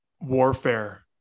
warfare